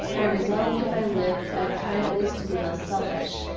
i resolved if i lived i'd try at least to be less selfish,